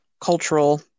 cultural